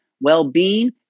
well-being